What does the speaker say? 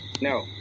No